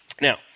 Now